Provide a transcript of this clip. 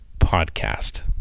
podcast